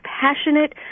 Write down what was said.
passionate